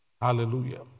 Hallelujah